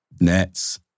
Nets